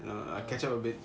you know I catch up a bit